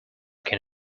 can